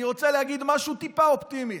אני רוצה להגיד משהו טיפה אופטימי,